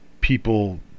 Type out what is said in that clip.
people